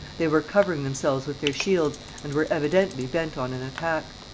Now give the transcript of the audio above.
they were covering themselves with their shields, and were evidently bent on an attack.